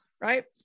right